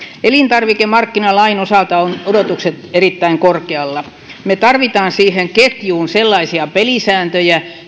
elintarvikemarkkinalain osalta ovat odotukset erittäin korkealla me tarvitsemme siihen ketjuun pelisääntöjä